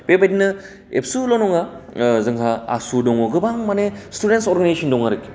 बेबायदिनो एबसुल' नङा ओ जोंहा आसु दङ गोबां माने स्टुडेन्ट्स अरगानाइजेसन दङ आरखि